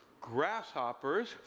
grasshoppers